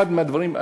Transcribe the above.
אחד מהדברים,